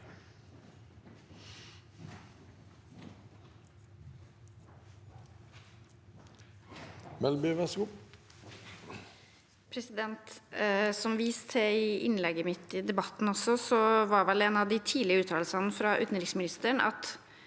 Som vist til også i inn- legget mitt i debatten var vel en av de tidlige uttalelsene fra utenriksministeren at